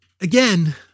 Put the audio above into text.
again